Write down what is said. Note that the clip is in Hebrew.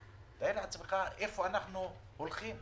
תאר לעצמך לאן אנחנו הולכים.